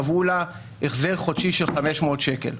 קבעו לה החזר חודשי של 500 שקל.